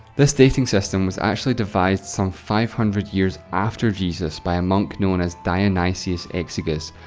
this dating system was actually devised some five hundred years after jesus by a monk known as dionysius exiguus,